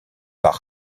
par